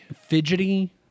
fidgety